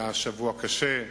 זה היה שבוע קשה: